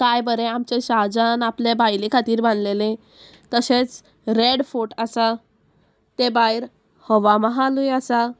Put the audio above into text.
कांय बरें आमचें शाहजान आपले बायले खातीर बांदलेले तशेंच रेड फोर्ट आसा ते भायर हवामहालूय आसा